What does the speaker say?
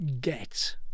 get